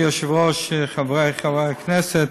אדוני היושב-ראש, חבריי חברי הכנסת,